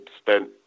spent